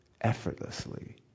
effortlessly